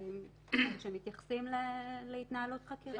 משטרתיים שמתייחסים להתנהלות חקירה.